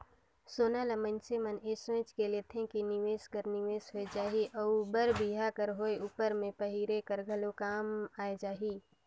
सोना ल मइनसे मन ए सोंएच के लेथे कि निवेस कर निवेस होए जाही अउ बर बिहा कर होए उपर में पहिरे कर घलो काम आए जाही